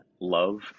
love